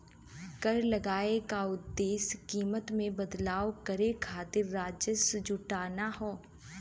कर लगाये क उद्देश्य कीमत में बदलाव करे खातिर राजस्व जुटाना हौ